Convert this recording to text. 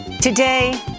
Today